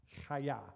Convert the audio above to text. chaya